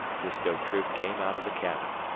disko troop came out of the cabin.